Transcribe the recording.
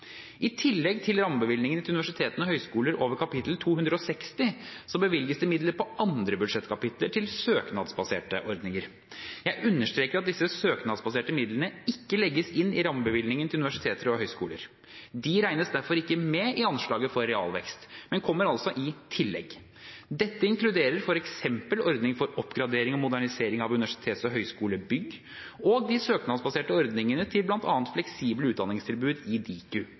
I tillegg til rammebevilgningen til universiteter og høyskoler over kapittel 260 bevilges det midler på andre budsjettkapitler til søknadsbaserte ordninger. Jeg understreker at disse søknadsbaserte midlene ikke legges inn i rammebevilgningen til universiteter og høyskoler. De regnes derfor ikke med i anslaget for realvekst, men kommer i tillegg. Dette inkluderer f.eks. ordningen for oppgradering og modernisering av universitets- og høyskolebygg og de søknadsbaserte ordningene til bl.a. fleksible utdanningstilbud i Diku.